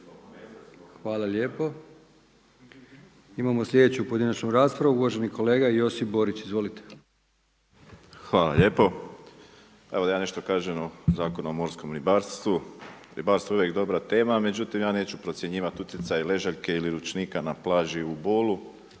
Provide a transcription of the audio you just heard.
Hvala lijepo. Imamo sljedeću pojedinačnu raspravu, uvaženi kolega Josip Borić. Izvolite. **Borić, Josip (HDZ)** Hvala lijepo. Evo da ja nešto kažem o Zakonu o morskom ribarstvu, ribarstvo je uvijek dobra tema, međutim ja neću procjenjivati utjecaje ležaljke ili ručnika na plaži u Bolu,